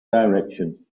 direction